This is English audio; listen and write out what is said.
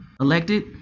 elected